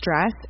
stress